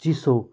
चिसो